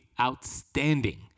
outstanding